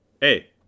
Hey